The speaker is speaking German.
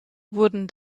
wurden